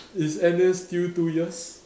is Annie still two years